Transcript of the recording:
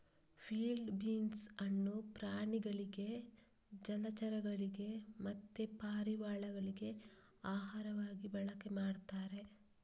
field beans ಅನ್ನು ಪ್ರಾಣಿಗಳಿಗೆ ಜಲಚರಗಳಿಗೆ ಮತ್ತೆ ಪಾರಿವಾಳಗಳಿಗೆ ಆಹಾರವಾಗಿ ಬಳಕೆ ಮಾಡ್ತಾರೆ